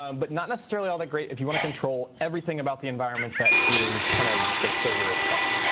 um but not necessarily all that great if you want to control everything about the environment that is kind of the server itself.